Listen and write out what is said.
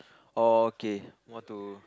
orh okay what to